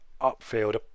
upfield